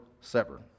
sever